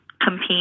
compete